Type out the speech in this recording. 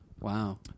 wow